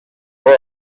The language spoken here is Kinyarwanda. wayo